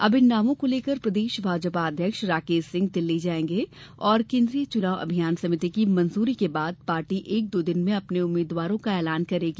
अब इन नामों को लेकर प्रदेश भाजपा अध्यक्ष राकेश सिंह दिल्ली जायेंगे और केन्द्रीय चुनाव अभियान समिति की मंजूरी के बाद पार्टी एक दो दिन में अपने उम्मीद्वारों का एलान करेगी